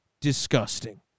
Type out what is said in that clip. disgusting